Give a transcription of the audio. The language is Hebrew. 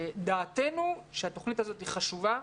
שלדעתנו התוכנית הזאת חשובה,